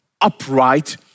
upright